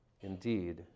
indeed